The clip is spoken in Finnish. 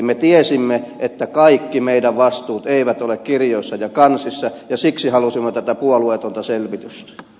me tiesimme että kaikki meidän vastuumme eivät ole kirjoissa ja kansissa ja siksi halusimme tätä puolueetonta selvitystä